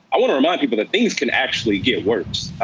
i wanna remind people that things can actually get worse.